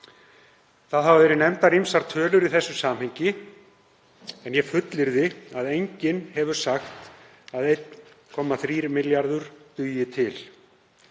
hafa verið nefndar í þessu samhengi en ég fullyrði að enginn hefur sagt að 1,3 milljarðar dugi til.